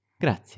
Grazie